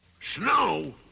Snow